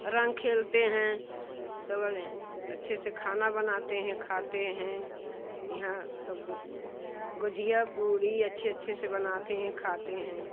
रंग खेलते हैं सब अच्छे से खाना बनाते है खाते हैं यहाँ स गु गुजिया पूड़ी अच्छे अच्छे से बनाते हैं खाते हैं